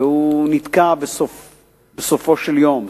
והוא נתקע בסופו של יום.